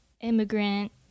immigrant